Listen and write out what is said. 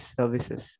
services